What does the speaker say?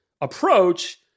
approach